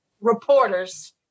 reporters